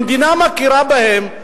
והמדינה מכירה בהם,